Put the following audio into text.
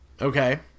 Okay